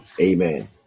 amen